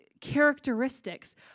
characteristics